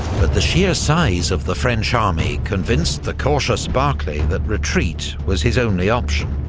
but the sheer size of the french army convinced the cautious barclay that retreat was his only option.